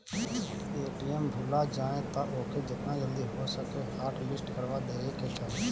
ATM भूला जाए तअ ओके जेतना जल्दी हो सके हॉटलिस्ट करवा देवे के चाही